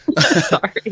Sorry